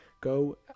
go